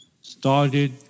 started